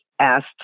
asked